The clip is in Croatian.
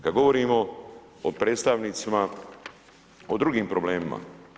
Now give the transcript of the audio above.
Kad govorimo o predstavnicima, o drugim problemima.